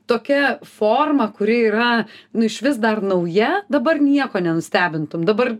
tokia forma kuri yra nu išvis dar nauja dabar nieko nenustebintum dabar